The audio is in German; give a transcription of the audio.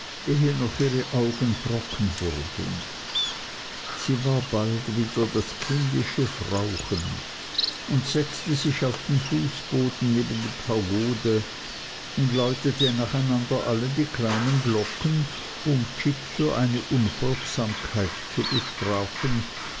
ehe noch ihre augen trocken wurden sie war bald wieder das kindische frauchen und setzte sich auf den fußboden neben die pagode und läutete nacheinander alle die kleinen glocken um jip für eine unfolgsamkeit zu bestrafen